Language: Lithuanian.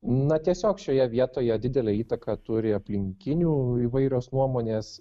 na tiesiog šioje vietoje didelę įtaką turi aplinkinių įvairios nuomonės